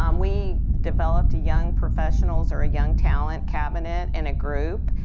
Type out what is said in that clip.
um we developed a young professionals or a young talent cabinet and a group.